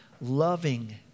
loving